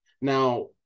now